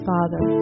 Father